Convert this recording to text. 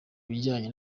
bijyanye